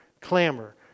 clamor